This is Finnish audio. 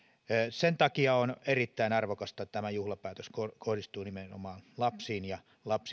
sen takia on erittäin arvokasta että tämä juhlapäätös kohdistuu nimenomaan lapsiin ja